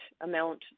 amount